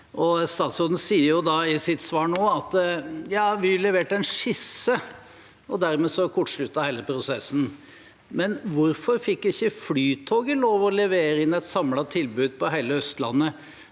Statsråden sier i sitt svar nå at Vy leverte «en skisse», og dermed kortsluttet hele prosessen, men hvorfor fikk ikke Flytoget lov til å levere inn et samlet tilbud på hele Østlandet?